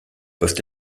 peuvent